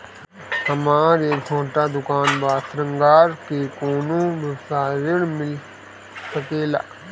हमर एक छोटा दुकान बा श्रृंगार के कौनो व्यवसाय ऋण मिल सके ला?